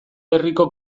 herriko